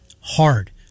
hard